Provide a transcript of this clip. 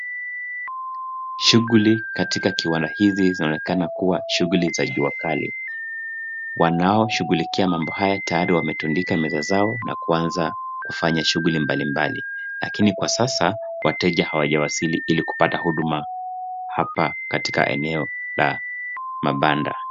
Shughuli katika kiwala hizi zinaonekana kuwa shughuli za jua kali. Wanaoshughulikia mambo haya tayari wametundika meza zao na kuanza kufanya shughuli mbalimbali lakini kwa sasa, wateja hawajawasili ili kupata huduma hapa katika eneo hili la mabanda.